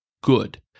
good